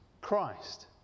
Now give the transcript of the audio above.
Christ